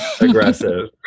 aggressive